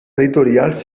editorials